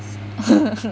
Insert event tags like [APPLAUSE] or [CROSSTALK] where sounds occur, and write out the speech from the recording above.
[LAUGHS]